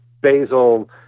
basil